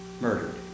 murdered